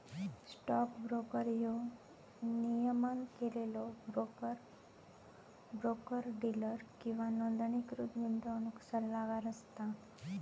stock broker ह्यो नियमन केलेलो ब्रोकर, ब्रोकर डीलर किंवा नोंदणीकृत गुंतवणूक सल्लागार असता